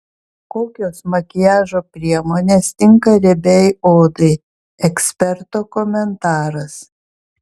kokios makiažo priemonės tinka riebiai odai eksperto komentaras